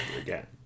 again